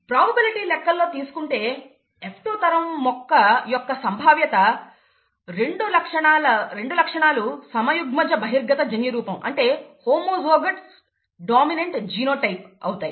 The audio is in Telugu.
ప్రాబబిలిటీ లెక్కల్లో తీసుకుంటే F2 తరం మొక్క యొక్క సంభావ్యత రెండు లక్షణాలు సమయుగ్మజ బహిర్గత జన్యురూపం అవుతాయి